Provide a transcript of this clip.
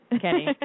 Kenny